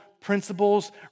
principles